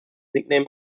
nickname